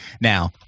Now